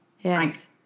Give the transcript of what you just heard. Yes